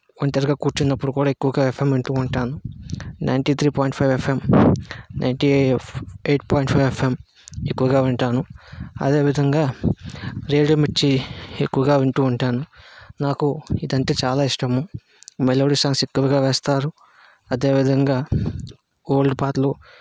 ఒంటరిగా కూర్చున్నప్పుడు కూడా ఎక్కువగా ఎఫ్ఎం వింటూ ఉంటాను ninety three point five FM ninety ఎఎఫ్ ఎయిట్ పాయింట్ ఫైవ్ ఎఫ్ఎం ఎక్కువగా వింటాను అదే విధముగా రేడియో మిర్చి ఎక్కువగా వింటూ ఉంటాను నాకు ఇదంటే చాలా ఇష్టము మెలోడీ సాంగ్స్ ఎక్కువగా వేస్తారు అదే విధంగా ఓల్డ్ పాటలు